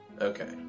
Okay